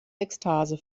ekstase